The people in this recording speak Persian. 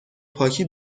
پاکی